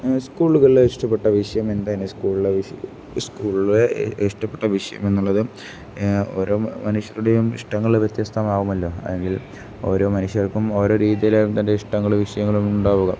സ്കൂളുകളിലെ ഇഷ്ടപ്പെട്ട വിഷയം എന്തെന്ന് സ്കൂളിലെ വിഷയം സ്കൂളിലെ ഇഷ്ടപ്പെട്ട വിഷയം എന്നുള്ളത് ഓരോ മനുഷ്യരുടെയും ഇഷ്ടങ്ങൾ വ്യത്യസ്തമാവുമല്ലോ അല്ലെങ്കിൽ ഓരോ മനുഷ്യർക്കും ഓരോ രീതിയിലും തൻ്റെ ഇഷ്ടങ്ങൾ വിഷയങ്ങളും ഉണ്ടാവുക